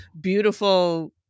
beautiful